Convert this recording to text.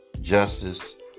Justice